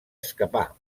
escapar